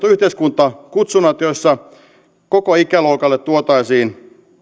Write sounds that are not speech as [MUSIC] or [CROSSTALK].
[UNINTELLIGIBLE] yhteiskuntakutsunnat joissa koko ikäluokalle tuotaisiin